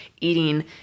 eating